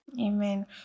Amen